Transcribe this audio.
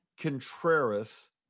Contreras